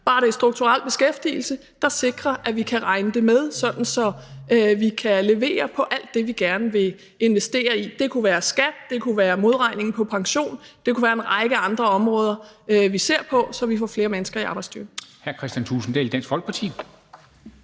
bare det er strukturel beskæftigelse, der sikrer, at vi kan regne det med, sådan at vi kan levere på alt det, vi gerne vil investere i. Det kunne være skat, det kunne være modregning på pension, det kunne være en række andre områder, vi ser på, så vi får flere mennesker i arbejdsstyrken.